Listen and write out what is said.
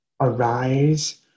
arise